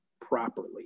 properly